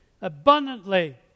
abundantly